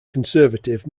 conservative